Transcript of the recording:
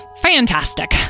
fantastic